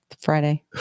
Friday